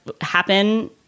happen